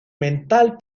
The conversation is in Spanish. mental